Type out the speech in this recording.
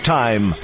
time